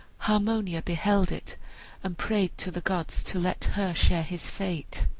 harmonia beheld it and prayed to the gods to let her share his fate.